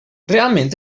realment